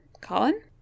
Colin